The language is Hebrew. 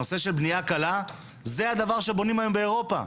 הנושא של בנייה קלה, זה הדבר שבונים היום באירופה.